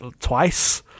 twice